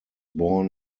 born